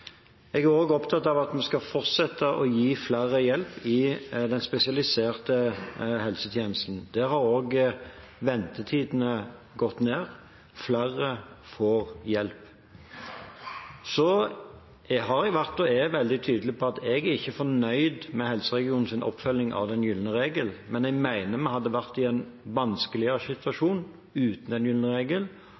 Jeg er også opptatt av at vi skal fortsette å gi flere hjelp i den spesialiserte helsetjenesten. Der har også ventetidene gått ned. Flere får hjelp. Så har jeg vært – og er – veldig tydelig på at jeg ikke er fornøyd med helseregionenes oppfølging av den gylne regel, men jeg mener vi hadde vært i en vanskeligere situasjon uten den gylne regel.